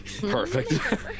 Perfect